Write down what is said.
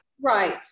Right